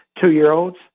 two-year-olds